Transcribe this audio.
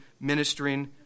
ministering